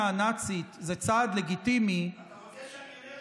הנאצית זה צעד לגיטימי אתה רוצה שאני אראה לך?